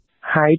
Hi